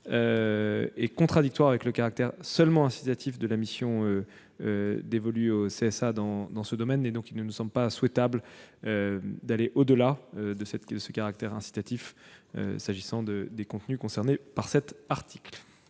est contradictoire avec le caractère purement incitatif de la mission dévolue au CSA dans ce domaine. Il ne nous semble pas souhaitable d'aller au-delà de ce caractère incitatif s'agissant des contenus concernés par cet article.